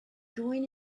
going